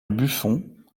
buffon